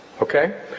Okay